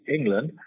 England